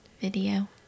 video